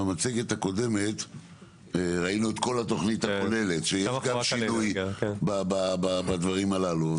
במצגת הקודמת ראינו את כל התוכנית הכוללת שהיא גם השינוי בדברים הללו.